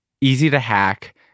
easy-to-hack